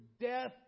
death